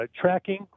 tracking